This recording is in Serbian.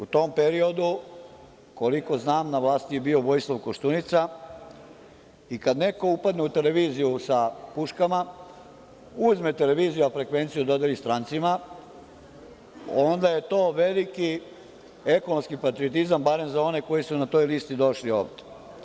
U tom periodu, koliko znam, na vlasti je bio Vojislav Koštunica i kad neko upadne u televiziju sa puškama, uzme televizija frekvenciju i dodeli strancima, onda je to veliki ekonomski patriotizam, barem za one koji su na toj listi došli ovde.